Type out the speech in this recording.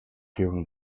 during